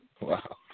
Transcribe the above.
Wow